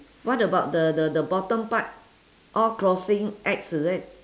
what about the the the bottom part all crossing X is it